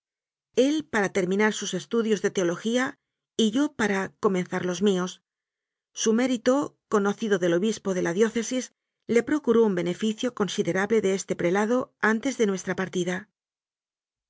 él para terminar sus estudios de teolo gía y yo para comenzar los míos su mérito co nocido del obispo de la diócesis le procuró un be neficio considerable de este prelado antes de nues tra partida